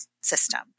system